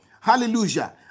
Hallelujah